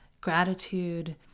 gratitude